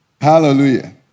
Hallelujah